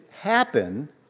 happen